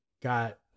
got